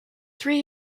three